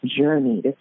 journey